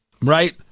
Right